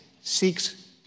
seeks